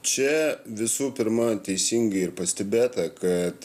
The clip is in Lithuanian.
čia visų pirma teisingai ir pastebėta kad